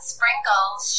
Sprinkles